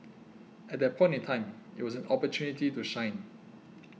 at that point in time it was an opportunity to shine